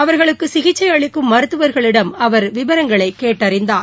அவர்களுக்கு சிகிச்சை அளிக்கும் மருத்துவர்களிடம் அவர் விவரங்களைக் கேட்டறிந்தார்